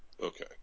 Okay